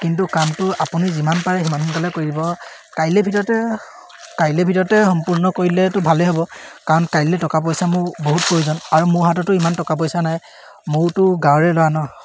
কিন্তু কামটো আপুনি যিমান পাৰে সিমান সোনকালে কৰিব কাইলৈৰ ভিতৰতে কাইলৈৰ ভিতৰতে সম্পূৰ্ণ কৰিলেতো ভালেই হ'ব কাৰণ কাইলৈ টকা পইচা মোৰ বহুত প্ৰয়োজন আৰু মোৰ হাততো ইমান টকা পইচা নাই ময়োতো গাঁৱৰে ল'ৰা ন